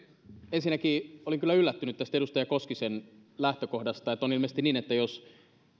ensinnäkin olin kyllä yllättynyt tästä edustaja koskisen lähtökohdasta on ilmeisesti niin että jos